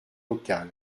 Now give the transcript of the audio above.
local